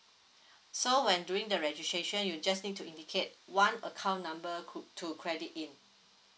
so when doing the registration you just need to indicate one account number cou~ to credit in